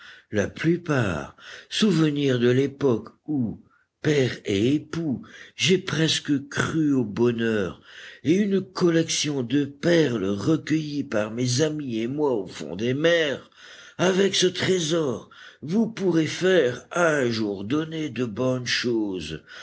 la plupart souvenirs de l'époque où père et époux j'ai presque cru au bonheur et une collection de perles recueillies par mes amis et moi au fond des mers avec ce trésor vous pourrez faire à un jour donné de bonnes choses